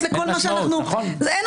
מתרחשים.